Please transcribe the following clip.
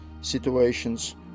situations